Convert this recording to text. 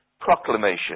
proclamation